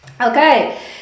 Okay